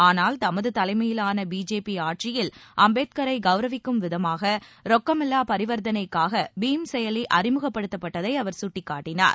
ஆனால் தமது தலைமையிலான பிஜேபி ஆட்சியில் அம்பேத்கரை கௌரவிக்கும் விதமாக ரொக்கமில்லா பரிவர்த்தனைக்காக பீம் செயலி அறிமுகப்படுத்தப்பட்டதை அவர் சுட்டிக்காட்டினார்